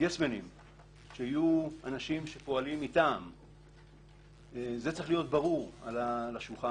יך לחשוש יותר מיועץ משפטי שתוקע מקלות בגלגלים של עגלת השלטון,